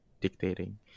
dictating